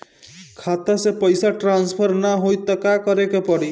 खाता से पैसा ट्रासर्फर न होई त का करे के पड़ी?